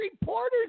reporters